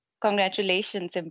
Congratulations